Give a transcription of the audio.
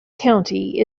county